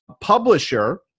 publisher